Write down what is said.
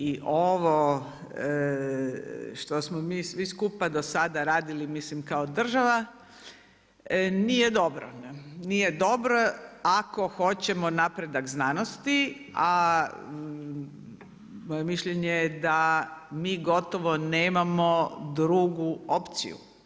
I ovo što smo mi svi skupa do sada radili mislim kao država nije dobro, nije dobro ako hoćemo napredak znanosti a moje mišljenje je da mi gotovo nemamo drugu opciju.